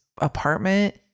apartment